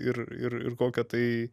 ir ir ir kokią tai